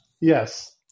Yes